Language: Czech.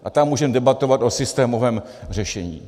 A tam můžeme debatovat o systémovém řešení.